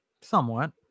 Somewhat